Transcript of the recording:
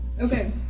Okay